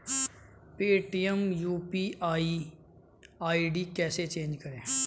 Paytm UPI ID कैसे change करें?